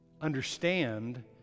understand